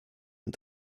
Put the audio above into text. und